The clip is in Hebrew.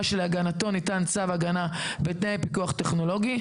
שלהגנתו נית צו הגנה בתנאי פיקוח טכנולוגי,